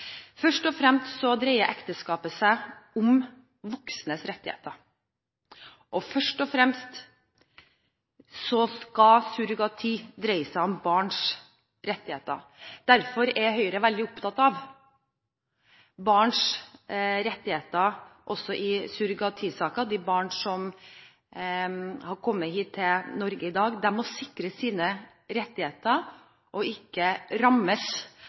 Først og fremst dreier ekteskapet seg om voksnes rettigheter, og først og fremst skal surrogati dreie seg om barns rettigheter. Derfor er Høyre veldig opptatt av barns rettigheter også i surrogatisaker. De barn som har kommet hit til Norge i dag, må sikres sine rettigheter og ikke rammes